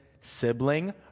sibling